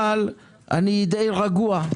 אבל אני די רגוע,